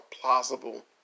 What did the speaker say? plausible